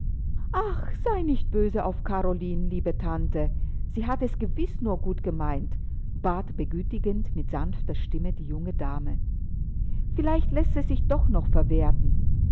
ach sei nicht böse auf karoline liebe tante sie hat es gewiß nur gut gemeint bat begütigend mit sanfter stimme die junge dame vielleicht läßt es sich doch noch verwerten